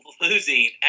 losing